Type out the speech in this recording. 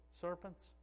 serpents